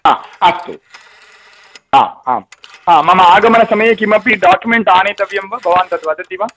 हा अस्तु हा आम् मम आगमनसमये किमपि डोक्युमेण्ट् आनेतव्यं वा भवान् तद् वदति वा